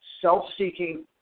self-seeking